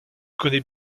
connais